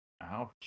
Ouch